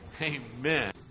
amen